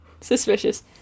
Suspicious